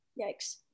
yikes